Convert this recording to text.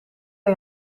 hij